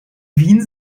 wien